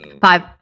Five